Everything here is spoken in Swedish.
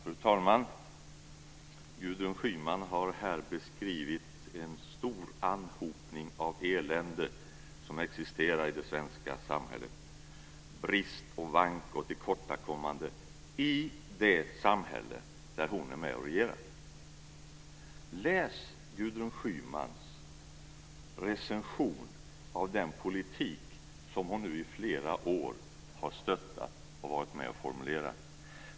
Fru talman! Gudrun Schyman har här beskrivit en stor anhopning av elände som existerar i det svenska samhället - brist, vank och tillkortakommande, i det samhälle där hon är med och regerar. Läs Gudrun Schymans recension av den politik som hon nu i flera år har stöttat och varit med och formulerat!